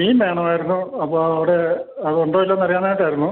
മീൻ വേണമായിരുന്നു അപ്പോൾ അവിടെ അത് ഉണ്ടോ ഇല്ലേ എന്നറിയാനായിട്ടായിരുന്നു